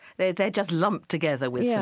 they're they're just lumped together with yeah